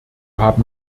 haben